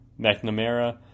McNamara